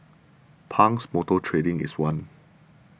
Pang's Motor Trading is one